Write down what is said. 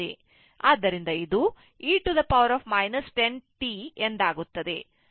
ಆದ್ದರಿಂದ ಇದು e 10 t ಎಂದಾಗುತ್ತದೆ